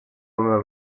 una